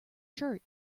shirt